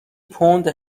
پوند